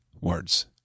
words